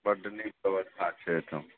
बड नीक व्यवस्था छै एहिठाम